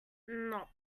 not